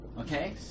okay